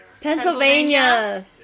Pennsylvania